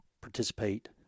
participate